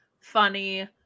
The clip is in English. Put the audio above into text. funny